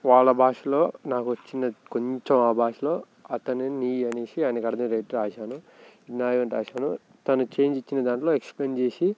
వాళ్ళ భాషలో నాకు వచ్చిన కొంచెం ఆ భాషలో అతనికి నీవి అనేసి ఆయనకు అర్థం అయ్యేటట్టు రాశాను నావి అని రాశాను తను చేంజ్ ఇచ్చిన దాంట్లో ఎక్స్ప్లెయిన్ చేసి